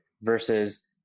versus